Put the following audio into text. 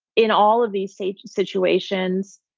in all of these safe situations,